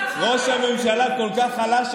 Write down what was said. ראש הממשלה כל כך חלש,